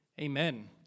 amen